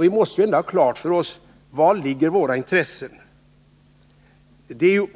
Vi måste ändå ha klart för oss vilka våra intressen är.